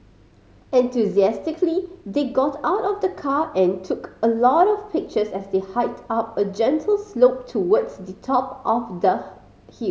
enthusiastically they got out of the car and took a lot of pictures as they hiked up a gentle slope towards the top of the hill